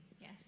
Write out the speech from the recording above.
yes